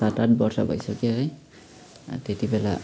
सात आठ वर्ष भइसक्यो है त्यति बेला